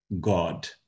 God